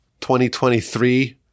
2023